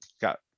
got